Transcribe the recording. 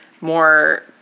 more